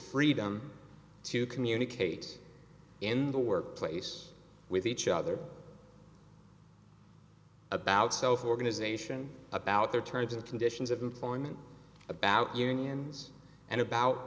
freedom to communicate in the workplace with each other about self organization about their terms and conditions of employment about unions and about